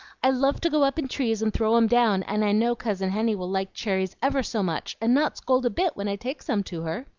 i love to go up in trees and throw em down and i know cousin henny will like cherries ever so much, and not scold a bit when i take some to her.